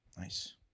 Nice